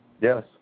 Yes